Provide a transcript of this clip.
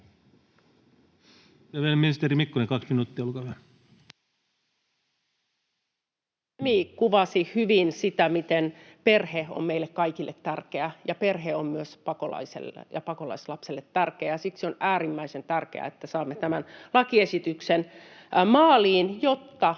Arvoisa puhemies! Edustaja Semi kuvasi hyvin sitä, miten perhe on meille kaikille tärkeä ja perhe on myös pakolaiselle ja pakolaislapselle tärkeä, ja siksi on äärimmäisen tärkeää, että saamme tämän lakiesityksen maaliin, jotta